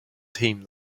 team